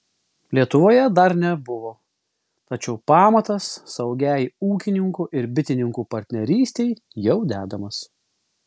lietuvoje dar nebuvo tačiau pamatas saugiai ūkininkų ir bitininkų partnerystei jau dedamas